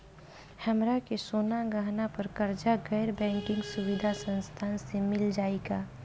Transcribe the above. हमरा के सोना गहना पर कर्जा गैर बैंकिंग सुविधा संस्था से मिल जाई का?